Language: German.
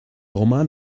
roman